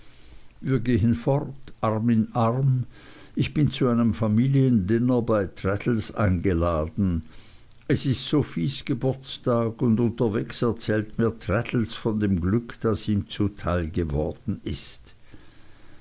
wir gehen fort arm in arm ich bin zu einem familiendiener bei traddles eingeladen es ist sophies geburtstag und unterwegs erzählt mir traddles von dem glück das ihm zuteil geworden ist